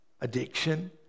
addiction